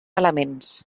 elements